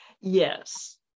Yes